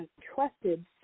trusted